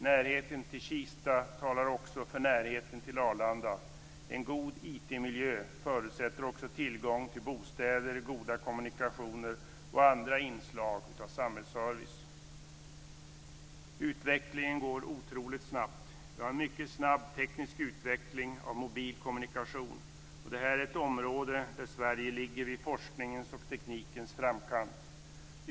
Närheten till Kista talar också för närheten till Arlanda. Utvecklingen går otroligt snabbt.